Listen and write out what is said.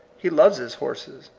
he loves his horses,